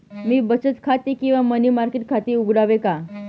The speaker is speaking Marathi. मी बचत खाते किंवा मनी मार्केट खाते उघडावे का?